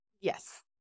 Yes